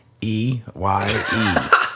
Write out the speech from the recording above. E-Y-E